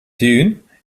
dune